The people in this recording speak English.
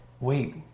wait